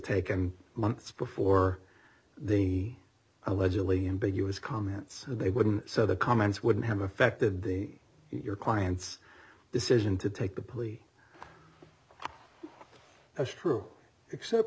taken months before the allegedly in big you his comments they wouldn't so the comments wouldn't have affected the your client's decision to take the plea that's true except